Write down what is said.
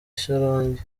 shyorongi